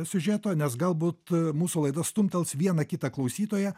siužeto nes galbūt mūsų laida stumtels vieną kitą klausytoją